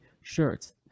shirts